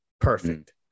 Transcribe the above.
perfect